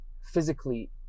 physically